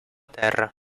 terra